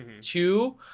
two